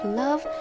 love